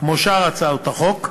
כמו שאר הצעות החוק,